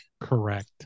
Correct